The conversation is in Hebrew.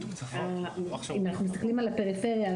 אם אנחנו מסתכלים על הפריפריה,